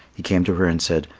he came to her and said,